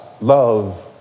love